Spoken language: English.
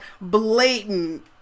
blatant